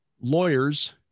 lawyers